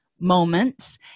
moments